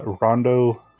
Rondo